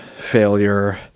failure